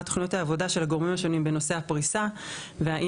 מה תוכניות העבודה של הגורמים השונים בנושא הפריסה והאם,